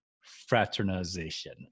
fraternization